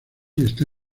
está